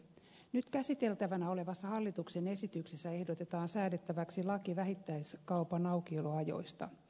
nyt käsiteltävänä olevassa hallituksen esityksessä ehdotetaan säädettäväksi laki vähittäiskaupan aukioloajoista